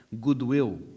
Goodwill